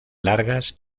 largas